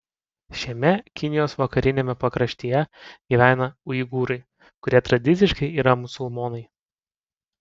šiame kinijos vakariniame pakraštyje gyvena uigūrai kurie tradiciškai yra musulmonai